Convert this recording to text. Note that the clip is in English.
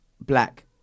black